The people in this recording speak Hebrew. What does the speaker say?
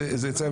זה היצע,